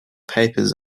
papers